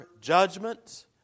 judgment